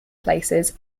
places